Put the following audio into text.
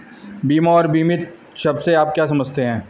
बीमा और बीमित शब्द से आप क्या समझते हैं?